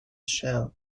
show